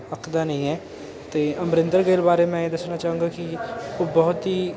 ਅੱਕਦਾ ਨਹੀਂ ਹੈ ਅਤੇ ਅਮਰਿੰਦਰ ਗਿੱਲ ਬਾਰੇ ਮੈਂ ਇਹ ਦੱਸਣਾ ਚਾਹੂੰਗਾ ਕਿ ਉਹ ਬਹੁਤ ਹੀ